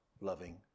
loving